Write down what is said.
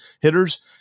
hitters